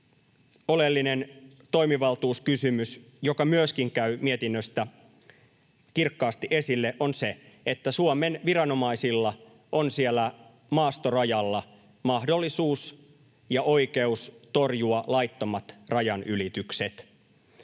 oleellinen toimivaltuuskysymys, joka myöskin käy mietinnöstä kirkkaasti esille, on se, että Suomen viranomaisilla on siellä maastorajalla mahdollisuus ja oikeus torjua laittomat rajanylitykset.